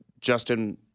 Justin